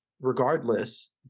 regardless